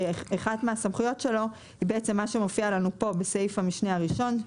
שאחת מהסמכויות שלו היא בעצם מה שמופיע לנו פה בסעיף המשנה הראשון,